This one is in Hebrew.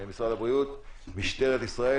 משרד הבריאות ומשטרת ישראל,